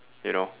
you know